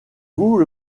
vous